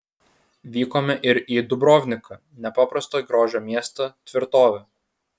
vykome ir į dubrovniką nepaprasto grožio miestą tvirtovę